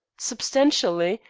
substantially,